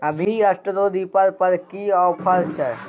अभी straw reaper पर की ऑफर छै?